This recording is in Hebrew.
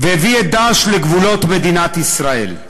והביא את "דאעש" לגבולות מדינת ישראל.